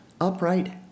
upright